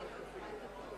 מה שהוא אמר הוא